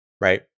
right